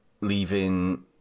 leaving